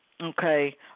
Okay